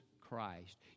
Christ